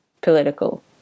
political